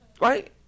right